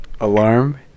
Alarm